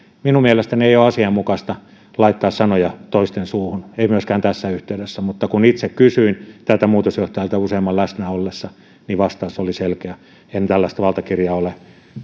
minun mielestäni ei ole asianmukaista laittaa sanoja toisten suuhun myöskään tässä yhteydessä kun itse kysyin tältä muutosjohtajalta useamman läsnä ollessa niin vastaus oli selkeä en tällaista valtakirjaa ole